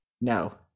No